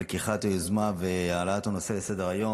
על לקיחת היוזמה והעלאת הנושא לסדר-היום.